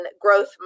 growth